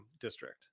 district